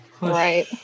Right